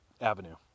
avenue